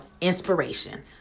inspiration